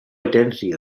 identity